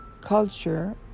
culture